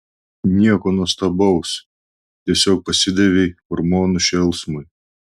nieko nuostabaus tiesiog pasidavei hormonų šėlsmui